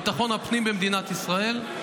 ביטחון הפנים במדינת ישראל.